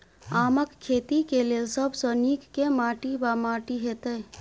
आमक खेती केँ लेल सब सऽ नीक केँ माटि वा माटि हेतै?